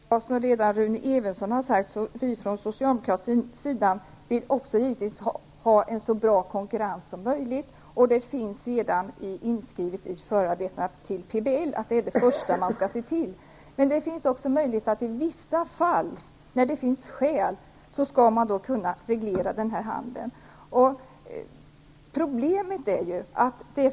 Fru talman! Som redan Rune Evensson har sagt vill också vi socialdemokrater givetvis ha en så bra konkurrens som möjligt. Det finns redan inskrivet i förarbetena till PBL att man i första hand skall se till att det blir konkurrens. När det finns skäl skall man emellertid i vissa fall kunna reglera handeln.